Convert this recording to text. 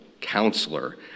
Counselor